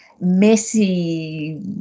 messy